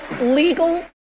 legal